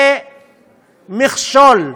זה מכשול,